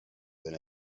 than